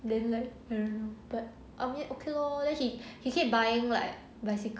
then like I don't know but I mean okay loh then he he keep buying like bicycle